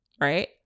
right